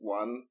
one